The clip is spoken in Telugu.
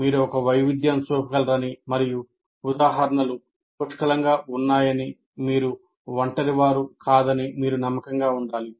మీరు ఒక వైవిధ్యం చూపగలరని మరియు ఉదాహరణలు పుష్కలంగా ఉన్నాయనిమీరు ఒంటరి వారు కాదని మీరు నమ్మకంగా ఉండాలి